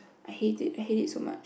I hate it I hate it so much